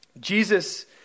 Jesus